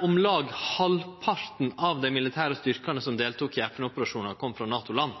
om lag halvparten av dei militære styrkane som deltok i FN-operasjonar, frå NATO-land,